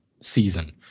season